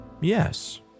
yes